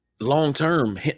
long-term